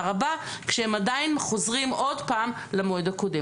הבא כשהם עדיין חוזרים עוד פעם למועד הקודם.